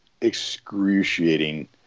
excruciating